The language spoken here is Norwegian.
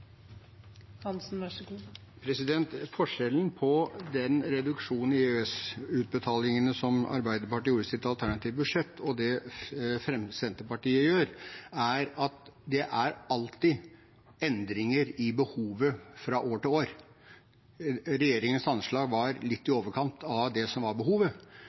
Hansen har hatt ordet to ganger tidligere i debatten og får ordet til en kort merknad, begrenset til 1 minutt. Forskjellen på den reduksjonen i EØS-utbetalinger som Arbeiderpartiet gjorde i sitt alternative budsjett, og det Senterpartiet gjør, er at det alltid er endringer i behovet fra år til år. Regjeringens anslag var litt i overkant av